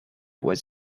was